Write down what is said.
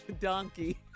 Donkey